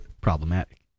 problematic